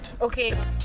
Okay